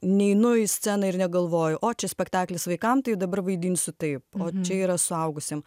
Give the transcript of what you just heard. neinu į sceną ir negalvoju o čia spektaklis vaikam tai jau dabar vaidinsiu taip o čia yra suaugusiem